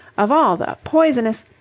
of all the poisonous.